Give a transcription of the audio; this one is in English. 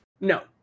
No